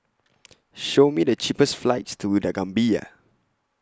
Show Me The cheapest flights to The Gambia